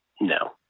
No